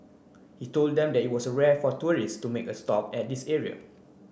he told them that it was rare for tourists to make a stop at this area